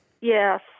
Yes